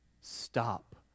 stop